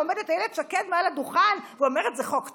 עומדת אילת שקד מעל הדוכן ואומרת: זה חוק טוב,